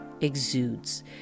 exudes